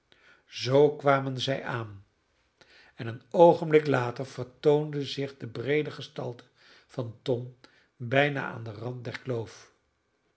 zoo kwamen zij aan en een oogenblik later vertoonde zich de breede gestalte van tom bijna aan den rand der kloof